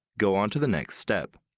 go on to the next step.